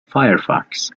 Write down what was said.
firefox